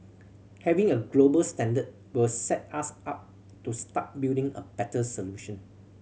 having a global standard will set us up to start building a better solution